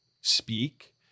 speak